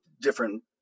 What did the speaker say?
different